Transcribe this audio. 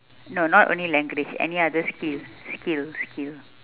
no not only language any other skill skill skill